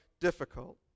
difficult